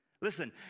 Listen